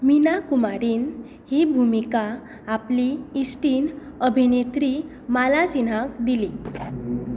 मीना कुमारीन ही भुमिका आपली इश्टीण अभिनेत्री माला सिन्हाक दिली